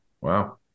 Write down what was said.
wow